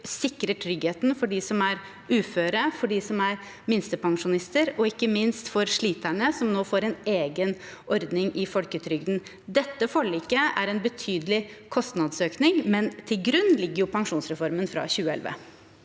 sikrer tryggheten for dem som er uføre, for dem som er minstepensjonister, og ikke minst for sliterne, som nå får en egen ordning i folketrygden. Dette forliket innebærer en betydelig kostnadsøkning, men til grunn ligger jo pensjonsreformen fra 2011.